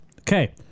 Okay